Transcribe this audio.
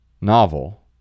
novel